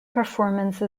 performance